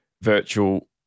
virtual